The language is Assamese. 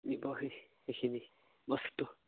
নিবহি সেইখিনি বস্তু